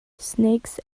snakes